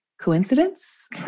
Coincidence